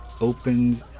opens